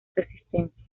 resistencia